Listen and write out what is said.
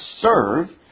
serve